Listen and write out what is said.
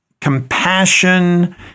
compassion